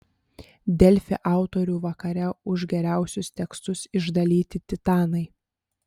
delfi autorių vakare už geriausius tekstus išdalyti titanai